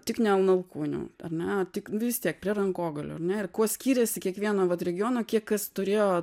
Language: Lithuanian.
tik ne nuo alkūnių ar ne tik vis tiek prie rankogalių ir kuo skyrėsi kiekvieno vat regiono kiek kas turėjo